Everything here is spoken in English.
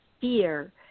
fear